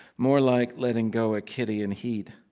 more like letting go a kitty in heat.